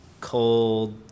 cold